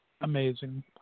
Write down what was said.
amazing